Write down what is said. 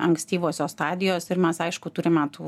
ankstyvosios stadijos ir mes aišku turime tų